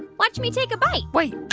watch me take a bite wait